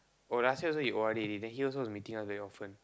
oh last year also he o_r_d already then he also is meeting us very often